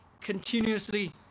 continuously